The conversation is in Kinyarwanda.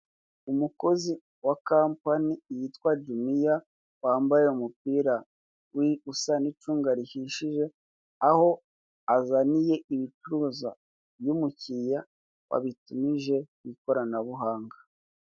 Umukozi wa kampani yitwa Jumiya wambaye umupira usa nk'icunga rihishije aho azaniye ibicuruzwa by'umukiriya wabitumije ku ikoranabuhanga.